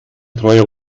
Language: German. treuer